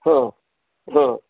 हां हां